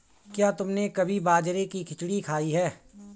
क्या तुमने कभी बाजरे की खिचड़ी खाई है?